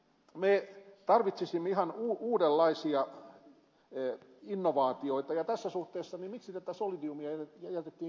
me tarvitsisimme ihan uudenlaisia innovaatioita ja tässä suhteessa kysynkin miksi tämä solidium jätettiin käyttämättä